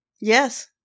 Yes